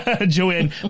Joanne